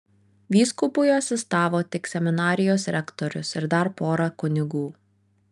vyskupui asistavo tik seminarijos rektorius ir dar pora kunigų